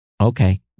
okay